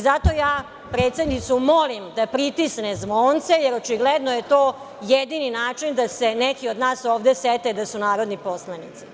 Zato ja predsednicu molim da pritisne zvonce, jer očigledno je to jedini način da se neki od nas ovde sete da su narodni poslanici.